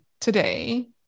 today